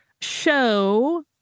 show